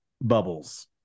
Bubbles